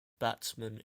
batsmen